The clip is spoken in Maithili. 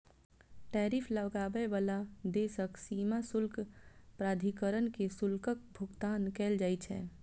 टैरिफ लगाबै बला देशक सीमा शुल्क प्राधिकरण कें शुल्कक भुगतान कैल जाइ छै